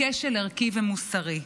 מכשל ערכי ומוסרי.